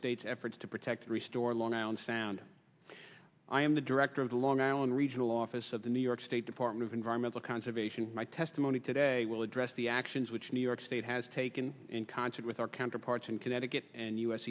state's efforts to protect and restore long island sound i am the director of the long island regional office of the new york state department of environmental conservation my testimony today will address the actions which new york state has taken in concert with our counterparts in connecticut and u